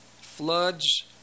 floods